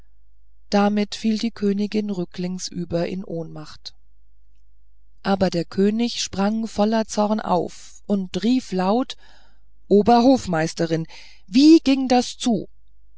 damit fiel die königin rücklings über in ohnmacht aber der könig sprang voller zorn auf und rief laut oberhofmeisterin wie ging das zu